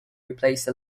replace